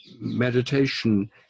meditation